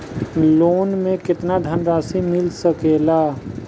Loan मे केतना धनराशी मिल सकेला?